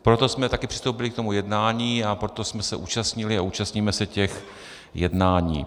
Proto jsme také přistoupili k tomu jednání a proto jsme se účastnili a účastníme se těch jednání.